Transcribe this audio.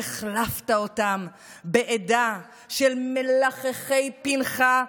והחלפת אותם בעדה של מלחכי פנכה,